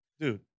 Dude